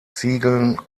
ziegeln